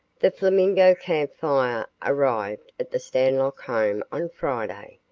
the flamingo camp fire arrived at the stanlock home on friday.